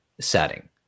setting